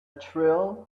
trill